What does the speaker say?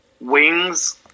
Wings